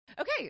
Okay